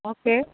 okay